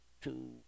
two